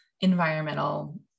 environmental